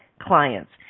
clients